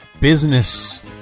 business